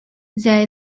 there